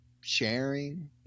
sharing